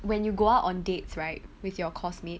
when you go out on dates right with your course mate